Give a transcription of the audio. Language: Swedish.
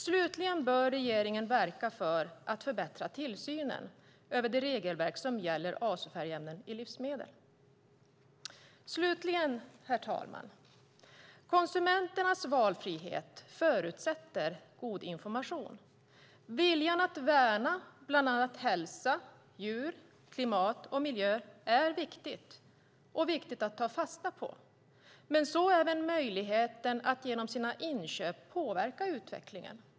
Regeringen bör också verka för att förbättra tillsynen över det regelverk som gäller azofärgämnen i livsmedel. Slutligen, herr talman: Konsumenternas valfrihet förutsätter god information. Viljan att värna bland annat hälsa, djur, klimat och miljö är viktig och viktig att ta fasta på. Så är även möjligheten att genom sina inköp påverka utvecklingen.